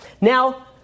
Now